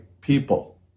people